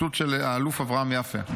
ציטוט של האלוף אברהם יפה.